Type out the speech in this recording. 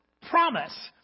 promise